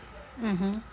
mmhmm